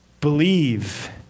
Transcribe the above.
believe